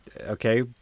Okay